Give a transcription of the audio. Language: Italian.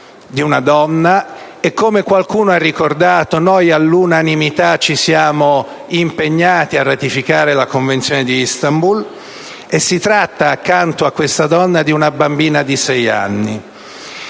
di una donna e, come qualcuno ha ricordato, noi all'unanimità ci siamo impegnati a ratificare la Convenzione di Istanbul. Si tratta anche, accanto a questa donna, di una bambina di sei anni.